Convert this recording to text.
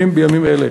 והם נדונים בימים אלה.